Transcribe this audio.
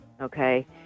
okay